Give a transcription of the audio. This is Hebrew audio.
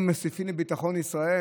הם מוסיפים לביטחון ישראל?